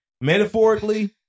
metaphorically